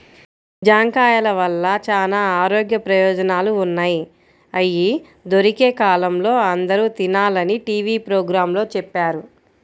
జాంకాయల వల్ల చానా ఆరోగ్య ప్రయోజనాలు ఉన్నయ్, అయ్యి దొరికే కాలంలో అందరూ తినాలని టీవీ పోగ్రాంలో చెప్పారు